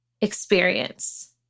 experience